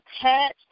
attached